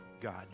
God